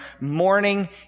morning